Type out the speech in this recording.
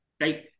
Right